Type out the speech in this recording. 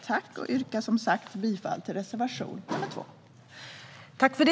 Jag yrkar bifall till reservation 3.